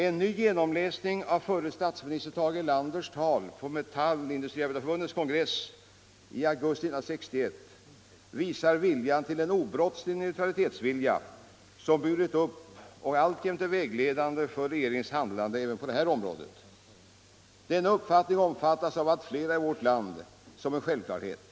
En ny genomläsning av förre statsministern Tage Erlanders tal på Metallindustriarbetareförbundets kongress i augusti 1961 visar en obrottslig neutralitetsvilja, som burit upp och alltjämt är vägledande för regeringens handlande även i dessa frågor. Denna uppfattning omfattas av allt fler i vårt land som en självklarhet.